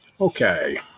Okay